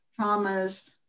traumas